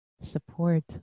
support